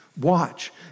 Watch